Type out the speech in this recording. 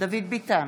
דוד ביטן,